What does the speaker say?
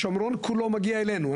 השומרון כולו מגיע אלינו,